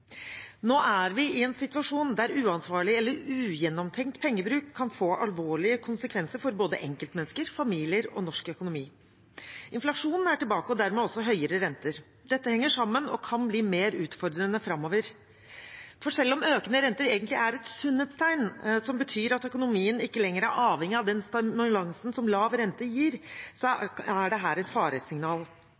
Nå er vi i en situasjon der uansvarlig eller ugjennomtenkt pengebruk kan få alvorlige konsekvenser for både enkeltmennesker, familier og norsk økonomi. Inflasjonen er tilbake og dermed også høyere renter. Dette henger sammen og kan bli mer utfordrende framover, for selv om økende renter egentlig er et sunnhetstegn som betyr at økonomien ikke lenger er avhengig av den stimulansen som lav rente gir, er dette et faresignal.